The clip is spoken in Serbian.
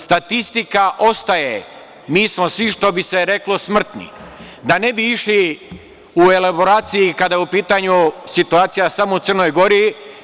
Statistika ostaje, mi smo svi, što bi se reklo smrtni, da ne bi išli u elaboraciji kada je u pitanju situacija samo u Crnoj Gori.